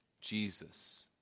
Jesus